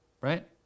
right